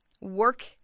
work